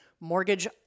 mortgage